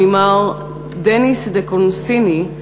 ומר דניס דה-קונסיני,